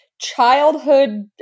childhood